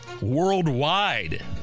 Worldwide